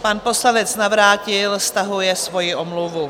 Pan poslanec Navrátil stahuje svoji omluvu.